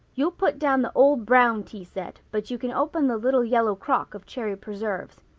you'll put down the old brown tea set. but you can open the little yellow crock of cherry preserves.